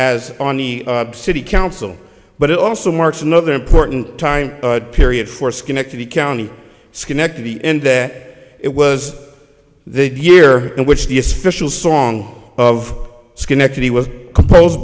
as on the city council but it also marks another important time period for schenectady county schenectady and that it was the year in which the official song of schenectady was compose